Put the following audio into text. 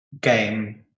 game